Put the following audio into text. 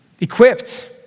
equipped